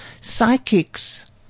Psychics